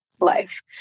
life